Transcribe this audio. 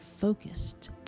focused